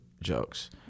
jokes